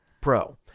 Pro